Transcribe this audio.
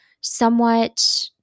somewhat